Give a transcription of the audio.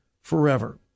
forever